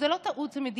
זו לא טעות, זו מדיניות.